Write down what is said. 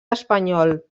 espanyol